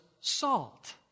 salt